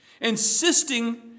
Insisting